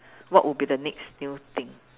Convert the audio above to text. what would be next new thing